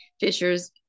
Fisher's